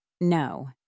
No